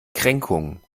kränkungen